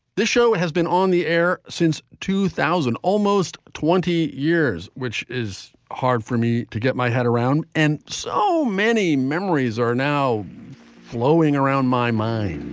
this show has been on the air since two thousand, almost twenty years, which is hard for me to get my head around. and so many memories are now flowing around my mind.